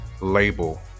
label